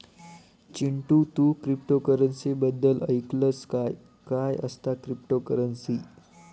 चिंटू, तू क्रिप्टोकरंसी बद्दल ऐकलंस काय, काय असता क्रिप्टोकरंसी?